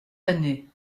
années